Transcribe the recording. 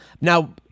Now